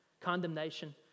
condemnation